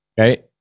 okay